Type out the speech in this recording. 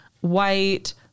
white